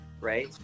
right